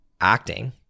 acting